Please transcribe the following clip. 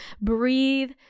breathe